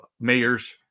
mayors